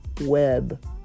web